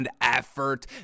effort